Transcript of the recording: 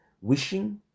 wishing